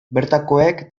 bertakoek